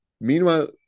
meanwhile